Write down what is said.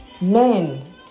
men